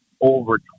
over